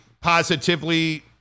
positively